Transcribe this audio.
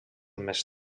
més